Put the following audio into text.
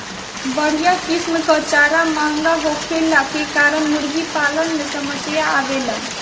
बढ़िया किसिम कअ चारा महंगा होखला के कारण मुर्गीपालन में समस्या आवेला